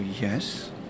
yes